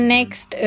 Next